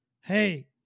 hey